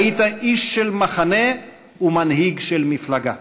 היית איש של מחנה ומנהיג של מפלגה.